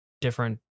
different